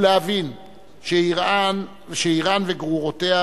ולהבין שאירן וגרורותיה,